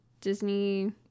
Disney